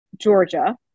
Georgia